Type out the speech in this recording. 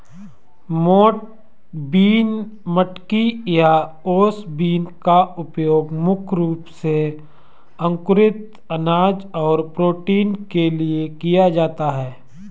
मोठ बीन, मटकी या ओस बीन का उपयोग मुख्य रूप से अंकुरित अनाज और प्रोटीन के लिए किया जाता है